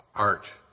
art